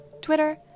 Twitter